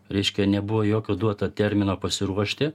reiškia nebuvo jokio duoto termino pasiruošti